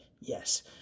yes